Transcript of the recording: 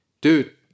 Dude